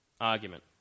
argument